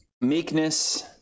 meekness